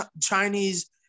Chinese